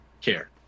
care